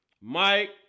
Mike